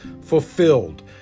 fulfilled